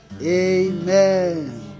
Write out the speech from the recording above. Amen